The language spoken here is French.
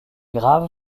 grave